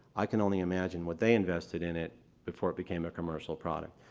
i can only imagine what they invested in it before it became a commercial product.